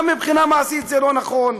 וגם מבחינה מעשית זה לא נכון.